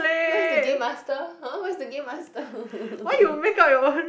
where's the game master !huh! where's the game master